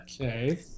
Okay